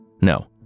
no